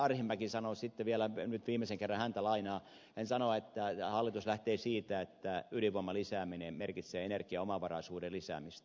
arhinmäki sanoi sitten vielä nyt viimeisen kerran häntä lainaan että hallitus lähtee siitä että ydinvoiman lisääminen merkitsee energiaomavaraisuuden lisäämistä